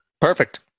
perfect